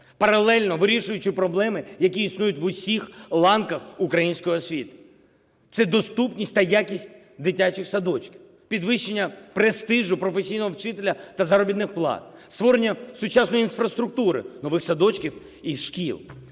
паралельно вирішуючи проблеми, які існують в усіх ланках української освіти. Це доступність та якість дитячих садочків, підвищення престижу професійного вчителя та заробітних плат, створення сучасної інфраструктури – нових садочків і шкіл.